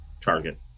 target